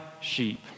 sheep